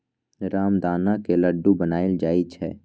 रामदाना के लड्डू बनाएल जाइ छै